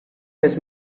his